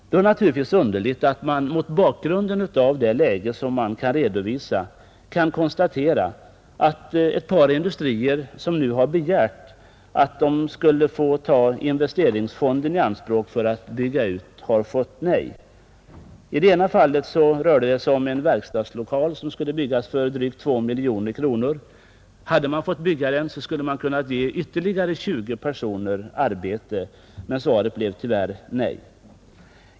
Mot bakgrunden av det läge som redovisas är det naturligtvis underligt att man kan konstatera att ett par industrier, som nu har begärt att få ta investeringsfonden i anspråk för att bygga ut, har fått nej. I det ena fallet rörde det sig om en verkstadslokal som skulle byggas för drygt 2 miljoner kronor. Hade man fått bygga den, så skulle man ha kunnat ge ytterligare 20 personer arbete, men svaret blev tyvärr nej.